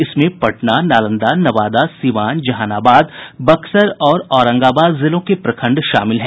इसमें पटना नालंदा नवादा सीवान जहानाबाद बक्सर और औरंगाबाद जिलों के प्रखंड शामिल हैं